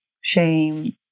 shame